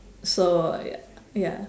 so ya ya